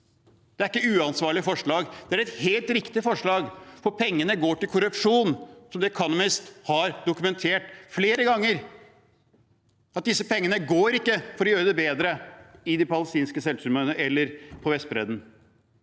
Det er ikke et uansvarlig forslag, det er et helt riktig forslag, for pengene går til korrupsjon, noe The Economist har dokumentert flere ganger. Disse pengene går ikke til å gjøre det bedre i de palestinske selvstyreområdene eller på Vestbredden,